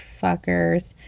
fuckers